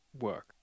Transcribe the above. work